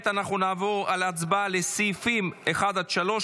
נעבור להצבעה על סעיפים 1 3,